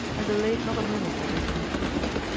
and delayed not a moment at his entreaties.